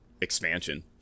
expansion